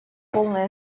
полной